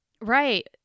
Right